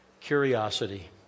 curiosity